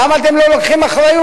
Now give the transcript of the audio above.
למה אתם לא לוקחים אחריות?